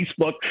facebook